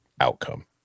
outcome